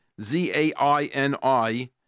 Z-A-I-N-I